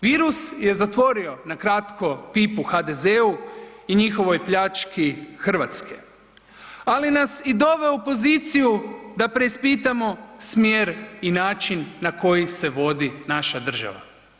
Virus je zatvorio na kratko pipu HDZ-u i njihovoj pljački Hrvatske, ali nas i doveo u poziciju da preispitamo smjer i način na koji se vodi naša država.